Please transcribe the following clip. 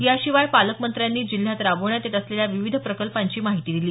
याशिवाय पालकमंत्र्यांनी जिल्ह्यात राबवण्यात येत असलेल्या विविध प्रकल्पांची माहिती दिली